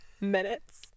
minutes